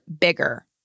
bigger